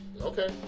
Okay